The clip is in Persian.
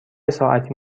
ساعتی